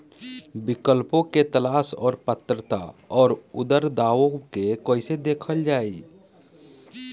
विकल्पों के तलाश और पात्रता और अउरदावों के कइसे देखल जाइ?